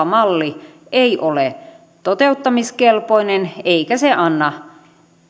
malli ei ole toteuttamiskelpoinen eikä se anna